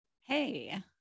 Hey